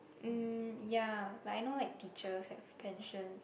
mm ya like I know like teachers have pensions